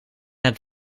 het